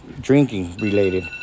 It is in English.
drinking-related